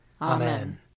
Amen